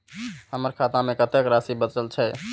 हमर खाता में कतेक राशि बचल छे?